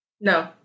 no